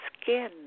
skin